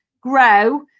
grow